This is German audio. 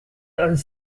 als